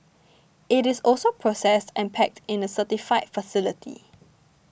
it is also processed and packed in a certified facility